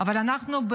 אבל אנחנו,